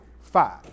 five